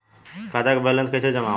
खाता के वैंलेस कइसे जमा होला?